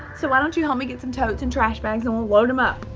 so why don't you help me get some totes and trash bags and we'll load them up.